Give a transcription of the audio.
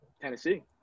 Tennessee